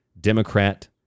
Democrat